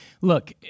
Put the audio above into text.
look